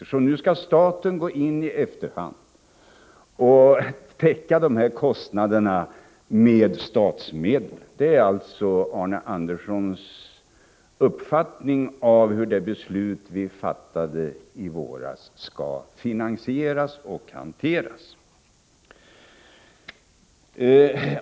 Nu skall alltså staten gå in och i efterhand täcka de här kostnaderna med statsmedel, det är Arne Anderssons uppfattning om hur det beslut vi fattade i våras skall finansieras och hanteras.